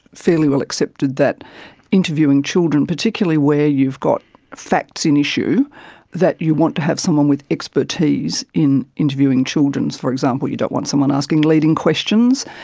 fairly well accepted that interviewing children, particularly where you'd got facts in issue that you want to have someone with expertise in interviewing children. for example, you don't want someone asking leading questions,